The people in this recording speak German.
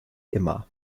immer